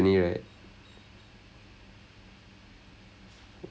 ah I mean I don't know அங்கே எல்லாம் எப்படி:angae ellaam eppadi I don't know is it normal for